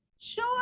Sure